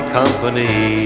company